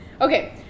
Okay